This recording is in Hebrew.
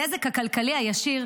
הנזק הכלכלי הישיר,